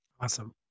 Awesome